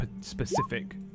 specific